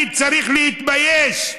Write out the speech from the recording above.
אני צריך להתבייש.